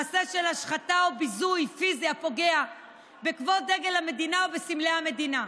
מעשה של השחתה או ביזוי פיזי הפוגע בכבוד דגל המדינה או בסמלי המדינה.